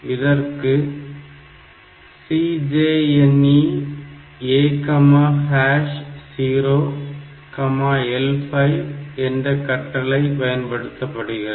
இதற்கு CJNE A0 L5 என்ற கட்டளை பயன்படுத்தப்படுகிறது